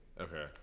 okay